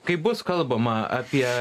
kai bus kalbama apie